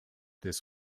this